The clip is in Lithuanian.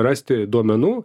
rasti duomenų